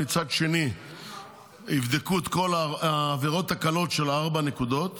מצד שני יבדקו את כל העבירות הקלות של ארבע נקודות